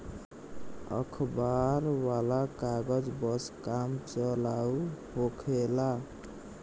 अखबार वाला कागज बस काम चलाऊ होखेला